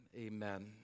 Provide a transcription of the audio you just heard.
Amen